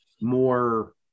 more